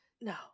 No